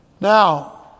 Now